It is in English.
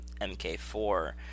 MK4